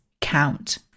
count